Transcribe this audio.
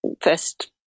first